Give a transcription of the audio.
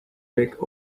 back